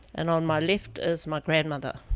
and on my left is my grandmother.